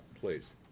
please